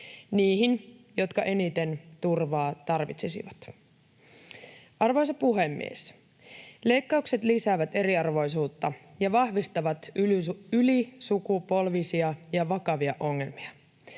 niihin, jotka eniten turvaa tarvitsisivat. Arvoisa puhemies! Leikkaukset lisäävät eriarvoisuutta ja vahvistavat ylisukupolvisia ja vakavia ongelmia.